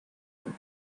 heart